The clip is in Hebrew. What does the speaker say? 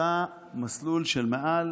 שעשתה מסלול של מעל